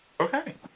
Okay